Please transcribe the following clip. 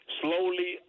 slowly